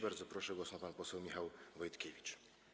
Bardzo proszę, głos ma pan poseł Michał Wojtkiewicz.